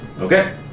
Okay